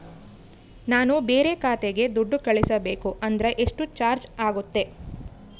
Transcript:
ನಾನು ಬೇರೆ ಖಾತೆಗೆ ದುಡ್ಡು ಕಳಿಸಬೇಕು ಅಂದ್ರ ಎಷ್ಟು ಚಾರ್ಜ್ ಆಗುತ್ತೆ?